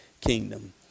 kingdom